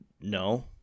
no